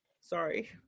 Sorry